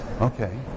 Okay